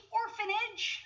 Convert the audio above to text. orphanage